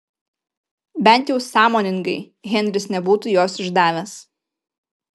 bent jau sąmoningai henris nebūtų jos išdavęs